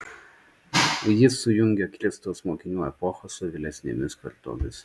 jis sujungė kristaus mokinių epochą su vėlesnėmis kartomis